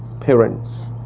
parents